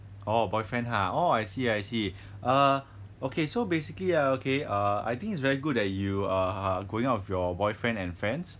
orh boyfriend !huh! oh I see I see err okay so basically err okay err I think it's very good that you err are going out with your boyfriend and friends